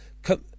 Come